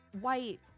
white